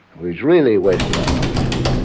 we've really wasted our opportunity.